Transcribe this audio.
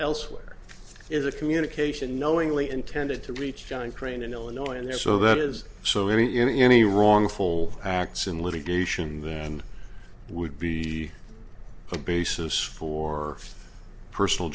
elsewhere is a communication knowingly intended to reach john crane in illinois and so that is so in any wrongful acts in litigation there and would be a basis for personal